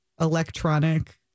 electronic